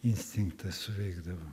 instinktas suveikdavo